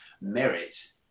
merit